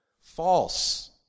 False